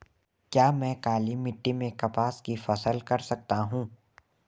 क्या मैं काली मिट्टी में कपास की फसल कर सकता हूँ?